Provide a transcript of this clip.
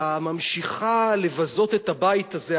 הקואליציה ממשיכה לבזות את הבית הזה.